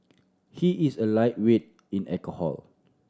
he is a lightweight in alcohol